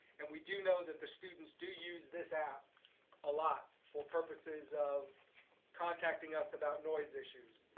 and we do know that the students do use this app a lot for purposes of contacting us about noise issues.